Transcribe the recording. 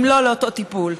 אם לא לאותו טיפול.